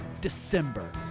December